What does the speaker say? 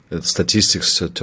Statistics